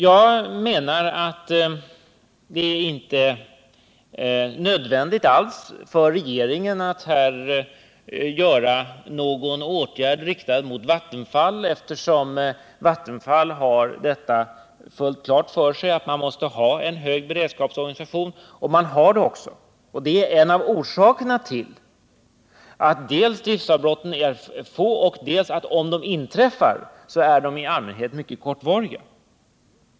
Jag menar att det inte alls är nödvändigt för regeringen att vidta någon åtgärd riktad mot Vattenfall, eftersom Vattenfall har fullt klart för sig att man måste ha en beredskapsorganisation. Det har man också. Det är en av orsakerna till dels att driftavbrotten är få, dels att de — om de inträffar — i allmänhet är mycket kortvariga.